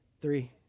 Three